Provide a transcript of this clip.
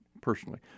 personally